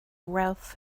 wealth